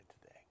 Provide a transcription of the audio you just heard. today